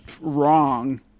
wrong